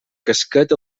casquet